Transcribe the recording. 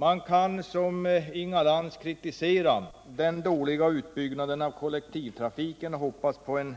Man kan som Inga Lantz kritisera den dåliga utbyggnaden av kollektivtrafiken och hoppas på en